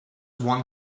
one